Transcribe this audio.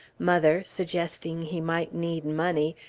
mother, suggesting he might need money,